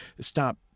Stop